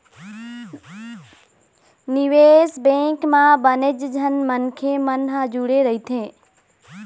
निवेश बेंक म बनेच झन मनखे मन ह जुड़े रहिथे